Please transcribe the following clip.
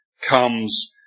comes